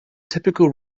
typical